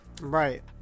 right